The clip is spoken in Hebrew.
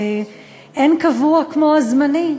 אין קבוע כמו הזמני.